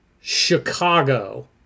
Chicago